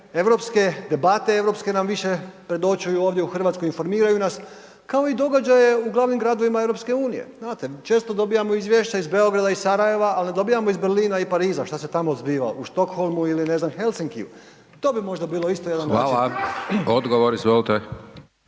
europske nam više predočuju ovdje u Hrvatskoj, informiraju nas kao i događaje u glavnim gradovima EU znate. Često odbijamo izvješća iz Beograda i Sarajeva ali ne dobivamo iz Berlina i Pariza šta se tamo zbiva u Štokholmu ili ne znam Helsinkiju. To bi možda bilo isto jedan … **Hajdaš Dončić,